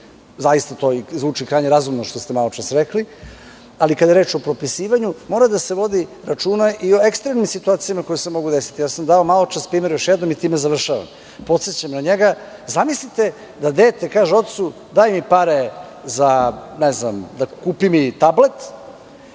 zaista to i zvuči krajnje razumno, što ste maločas rekli. Kada je reč o potpisivanju mora da se vodi računa i o ekstremnim situacijama koje se mogu desiti. Maločas sam dao primer još jednom, i time završavam. Podsećam na njega, zamislite da dete kaže - ocu daj mi pare za ne znam, kupi mi tablet,